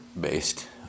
based